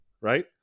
right